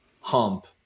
hump